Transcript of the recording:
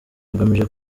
bagamije